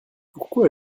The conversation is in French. pourquoi